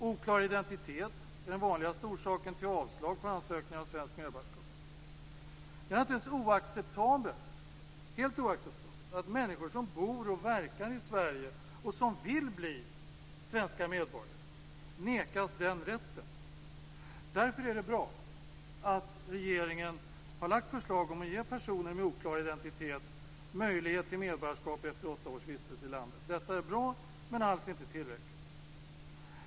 Oklar identitet är den vanligaste orsaken till avslag på ansökningar om svenskt medborgarskap. Det är naturligtvis helt oacceptabelt att människor som bor och verkar i Sverige och som vill bli svenska medborgare nekas den rätten. Därför är det bra att regeringen har lagt fram förslag om att ge personer med oklar identitet möjlighet till medborgarskap efter åtta års vistelse i landet. Detta är bra, men alls inte tillräckligt.